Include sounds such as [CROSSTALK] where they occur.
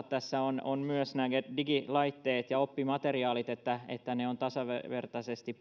[UNINTELLIGIBLE] tässä on on myös nämä digilaitteet ja oppimateriaalit että että niitä pystytään tasavertaisesti [UNINTELLIGIBLE]